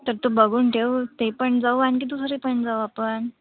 तर तू बघून ठेव ते पण जाऊ आणखी दुसरी पण जाऊ आपण